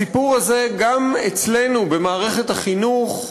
הסיפור הזה, גם אצלנו במערכת החינוך,